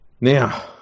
Now